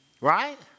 Right